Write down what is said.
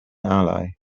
ally